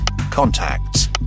contacts